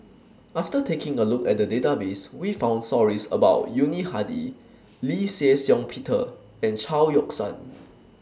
after taking A Look At The Database We found stories about Yuni Hadi Lee Shih Shiong Peter and Chao Yoke San